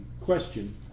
question